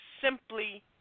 simply